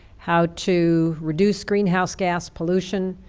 how to reduce greenhouse gas pollution,